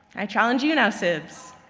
i challenge you now sibs,